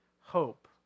hope